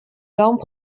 don’t